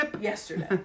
yesterday